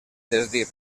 desdir